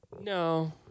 No